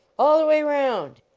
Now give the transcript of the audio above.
all the way round!